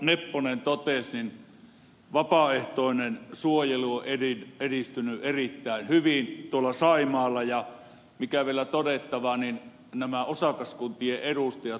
nepponen totesi vapaaehtoinen suojelu on edistynyt erittäin hyvin tuolla saimalla ja mikä vielä todettava niin osakaskuntien edustajat suorittavat valvontaa